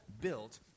built